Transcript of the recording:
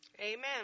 Amen